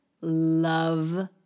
love